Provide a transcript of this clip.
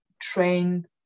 train